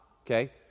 okay